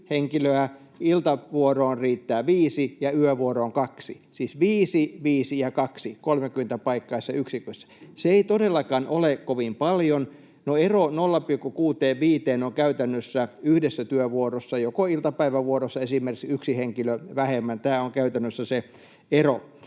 iltavuoroon riittää viisi ja yövuoroon kaksi — siis viisi, viisi ja kaksi 30-paikkaisessa yksikössä. Se ei todellakaan ole kovin paljon. No ero 0,65:een on käytännössä yhdessä työvuorossa, esimerkiksi joko ilta- tai päivävuorossa yksi henkilö vähemmän. Tämä on käytännössä se ero.